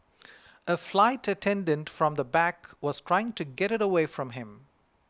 a flight attendant from the back was trying to get it away from him